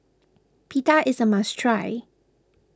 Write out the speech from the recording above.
Pita is a must try